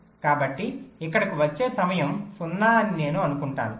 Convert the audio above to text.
కాబట్టి ఇక్కడకు వచ్చే సమయం 0 అని నేను అనుకుంటాను